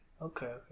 Okay